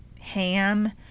ham